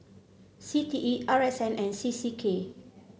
C T E R S N and C C K